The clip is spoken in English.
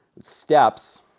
steps